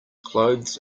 clothes